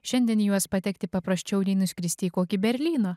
šiandien į juos patekti paprasčiau nei nuskristi į kokį berlyną